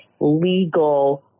legal